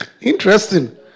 Interesting